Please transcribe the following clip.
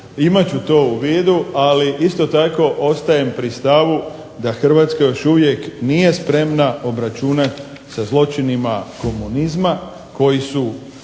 Imat ću to u vidu, ali isto tako ostajem pri stavu da Hrvatska još uvijek nije spremna obračunati sa zločinima komunizma koji su